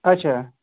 اچھا